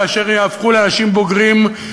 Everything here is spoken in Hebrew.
כאשר יהפכו לאנשים בוגרים,